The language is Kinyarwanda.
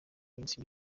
minsi